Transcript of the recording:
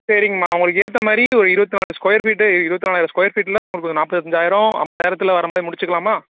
சரிங்கம்மா உங்களுக்கு ஏற்ற மாதிரி ஒரு இருபத்தி நாலு ஸ்கொயர் ஃபீட்டு இருபத்தி நாலாயிரம் ஸ்கொயர் ஃபீட்டில் உங்களுக்கு ஒரு நாற்பத்தி அஞ்சாயிரம் ஐம்பதாயரத்துல வர்ற மாதிரி முடிச்சுக்கலாமா